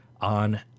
on